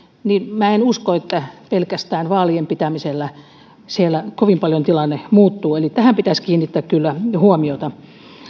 niin minä en usko että pelkästään vaalien pitämisellä tilanne siellä kovin paljon muuttuu tähän pitäisi kiinnittää kyllä huomiota